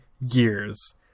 years